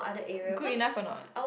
good enough or not